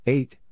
Eight